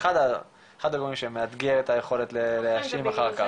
אחד הדברים שהם מאתגר את היכולת להאשים אחר כך.